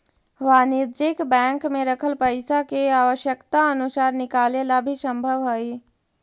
वाणिज्यिक बैंक में रखल पइसा के आवश्यकता अनुसार निकाले ला भी संभव हइ